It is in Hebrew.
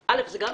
א', זו גם זכות,